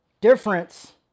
difference